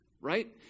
right